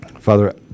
Father